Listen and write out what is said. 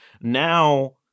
Now